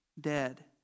dead